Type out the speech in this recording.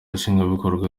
nshingwabikorwa